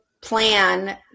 plan